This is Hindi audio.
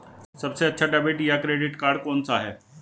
सबसे अच्छा डेबिट या क्रेडिट कार्ड कौन सा है?